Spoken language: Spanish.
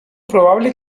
probable